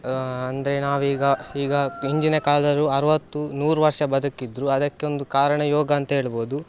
ಅಂದರೆ ನಾವೀಗ ಈಗ ಹಿಂದಿನ ಕಾಲದವ್ರು ಅರವತ್ತು ನೂರು ವರ್ಷ ಬದುಕಿದ್ದರು ಅದಕ್ಕೆ ಒಂದು ಕಾರಣ ಯೋಗ ಅಂತ ಹೇಳ್ಬೋದು